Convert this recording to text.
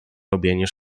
robienie